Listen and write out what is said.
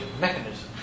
Mechanism